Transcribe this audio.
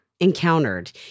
encountered